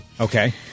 Okay